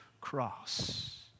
cross